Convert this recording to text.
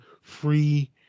free